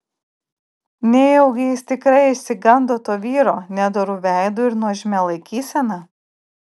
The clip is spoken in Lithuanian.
nejaugi jis tikrai išsigando to vyro nedoru veidu ir nuožmia laikysena